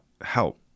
help